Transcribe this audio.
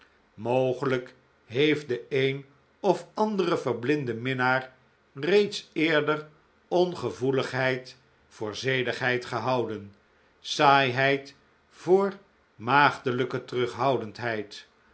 mogelijk heeft de een of andere verblinde minnaar reeds eerder ongevoeligheid voor zedigheid gehouden saaiheid voor maagdelijke terughoudendheid